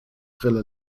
brille